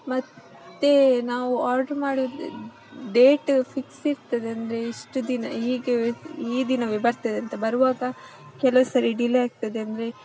ಮತ್ತು ನಾವು ಆರ್ಡ್ರ್ ಮಾಡಿದ ಡೇಟ್ ಫಿಕ್ಸ್ ಇರ್ತದೆ ಅಂದರೆ ಇಷ್ಟು ದಿನ ಹೀಗೆಯೇ ಈ ದಿನವೇ ಬರ್ತದೆ ಅಂತ ಬರುವಾಗ ಕೆಲವು ಸರಿ ಡಿಲೇ ಆಗ್ತದೆ ಅಂದರೆ